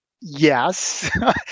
yes